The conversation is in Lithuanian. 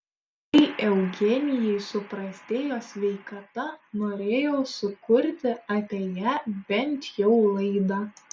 kai eugenijai suprastėjo sveikata norėjau sukurti apie ją bent jau laidą